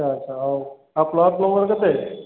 ଆଚ୍ଛା ଆଚ୍ଛା ହଉ ଆଉ ପ୍ଲଟ୍ ନମ୍ବର କେତେ